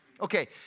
Okay